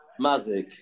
Mazik